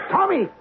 Tommy